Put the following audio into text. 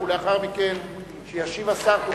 ולאחר שישיב השר,